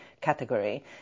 category